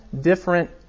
different